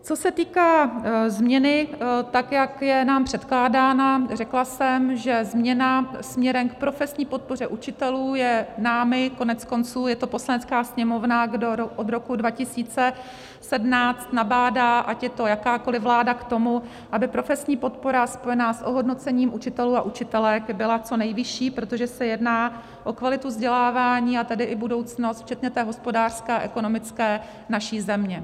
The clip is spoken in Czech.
Co se týká změny, tak jak je nám předkládána, řekla jsem, že změna směrem k profesní podpoře učitelů je námi, koneckonců je to Poslanecká sněmovna, kdo od roku 2017 nabádá, ať je to jakákoliv vláda, k tomu, aby profesní podpora spojená s ohodnocením učitelů a učitelek byla co nejvyšší, protože se jedná o kvalitu vzdělávání, a tedy i budoucnost, včetně té hospodářské a ekonomické, naší země.